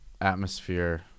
atmosphere